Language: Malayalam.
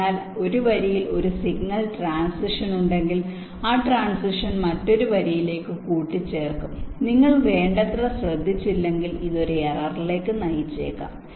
അതിനാൽ ഒരു വരിയിൽ ഒരു സിഗ്നൽ ട്രാന്സിഷൻ ഉണ്ടെങ്കിൽ ആ ട്രാന്സിഷൻ മറ്റൊരു വരിയിലേക്ക് കൂട്ടിച്ചേർക്കും നിങ്ങൾ വേണ്ടത്ര ശ്രദ്ധിച്ചില്ലെങ്കിൽ ഇത് ഒരു ഏറററിലേക്ക് നയിച്ചേക്കാം